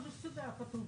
שיחייב.